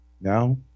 now